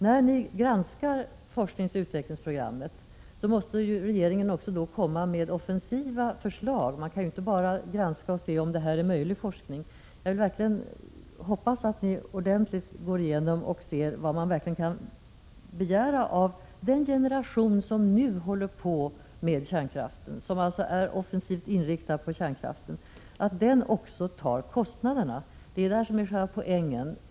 När ni granskar forskningsoch utvecklingsprogrammet måste ni också komma med offensiva förslag. Man kan inte bara granska och se efter om det är fråga om möjlig forskning. Jag hoppas verkligen att ni ordentligt undersöker vad man kan begära av den generation som nu håller på med kärnkraft, som alltså är offensivt inriktad på kärnkraft, när det gäller att den också tar kostnaderna. Det är det som är poängen.